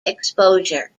exposure